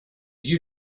you